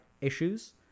issues